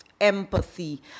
empathy